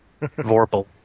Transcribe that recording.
Vorpal